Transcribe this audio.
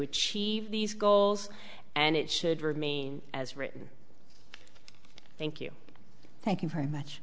achieve these goals and it should remain as written thank you thank you very